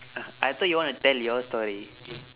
I thought you want to tell your story